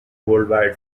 worldwide